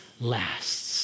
lasts